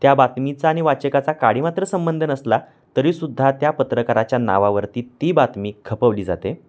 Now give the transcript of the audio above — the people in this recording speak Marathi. त्या बातमीचा आणि वाचकाचा काडीमात्र संबंध नसला तरी सुद्धा त्या पत्रकाराच्या नावावरती ती बातमी खपवली जाते